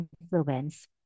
influence